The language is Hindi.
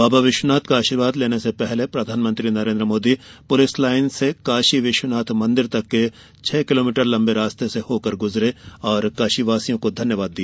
बाबा विश्वनाथ का आर्शीवाद लेने से पहले प्रधानमंत्री नरेन्द्र मोदी पुलिस लाइन से काशी विश्वनाथ तक के छह किलोमीटर लंबे रास्ते से होकर के गुजरे और काशीवासियों को धन्यवाद दिया